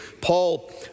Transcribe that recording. Paul